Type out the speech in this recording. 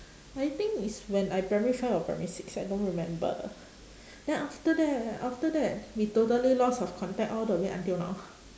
I think is when I primary five or primary six I don't remember then after that after that we totally lost of contact all the way until now